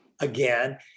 again